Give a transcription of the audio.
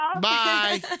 Bye